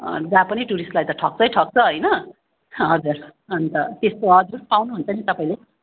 जहाँ पनि टुरिस्टलाई त ठग्छै ठग्छ होइन हजुर अन्त त्यस्तो हजुर पाउनुहुन्छ नि तपाईँले